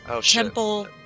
temple